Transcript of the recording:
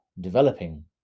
developing